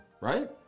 Right